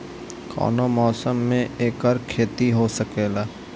कवनो मौसम में एकर खेती हो सकेला